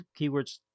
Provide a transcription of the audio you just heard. keywords